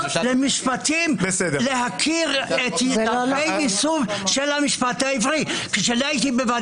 למשפטים להכיר את ערכי היסוד של המשפט העברי.